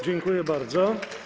Dziękuję bardzo.